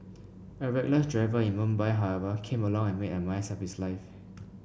a reckless driver in Mumbai however came along and made a mess of his life